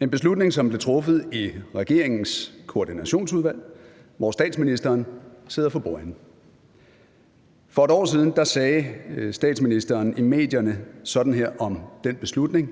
en beslutning, som blev truffet i regeringens Koordinationsudvalg, hvor statsministeren sidder for bordenden. For et år siden sagde statsministeren i medierne sådan her om den beslutning,